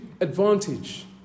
advantage